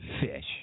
fish